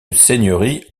seigneurie